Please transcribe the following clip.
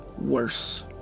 Worse